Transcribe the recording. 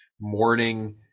morning